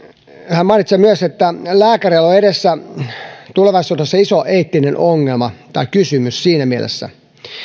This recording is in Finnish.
hän mainitsee myös että lääkäreillä on edessään tulevaisuudessa iso eettinen ongelma tai kysymys siinä mielessä